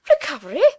recovery